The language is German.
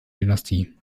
dynastie